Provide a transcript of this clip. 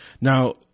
Now